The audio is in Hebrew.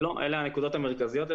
לא, אלה הנקודות המרכזיות.